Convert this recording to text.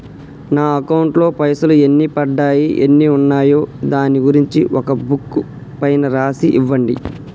నా అకౌంట్ లో పైసలు ఎన్ని పడ్డాయి ఎన్ని ఉన్నాయో దాని గురించి ఒక బుక్కు పైన రాసి ఇవ్వండి?